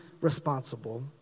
responsible